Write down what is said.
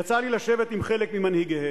יצא לי לשבת עם חלק ממנהיגיהם.